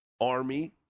Army